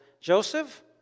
Joseph